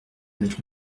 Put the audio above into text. avec